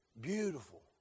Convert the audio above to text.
beautiful